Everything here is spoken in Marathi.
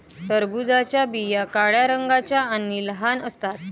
टरबूजाच्या बिया काळ्या रंगाच्या आणि लहान असतात